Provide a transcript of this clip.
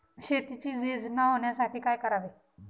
शेतीची झीज न होण्यासाठी काय करावे?